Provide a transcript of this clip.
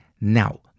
Now